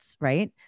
right